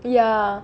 ya